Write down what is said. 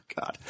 god